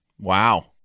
wow